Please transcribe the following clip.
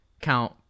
count